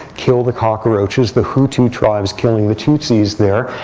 kill the cockroaches, the hutu tribes killing the tutsis there.